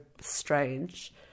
strange